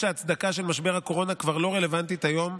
שההצדקה של משבר הקורונה כבר לא רלוונטית היום,